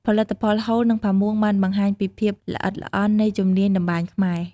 ផលិតផល ហូល និងផាមួង បានបង្ហាញពីភាពល្អិតល្អន់នៃជំនាញតម្បាញខ្មែរ។